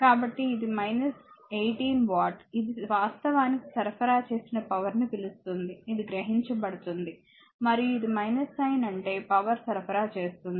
కాబట్టి ఇది 18 వాట్ ఇది వాస్తవానికి సరఫరా చేసిన పవర్ ని పిలుస్తుంది ఇది గ్రహించబడుతుంది మరియు ఇది సైన్ అంటే పవర్ సరఫరా చేస్తుంది